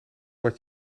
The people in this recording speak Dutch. wat